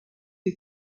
sie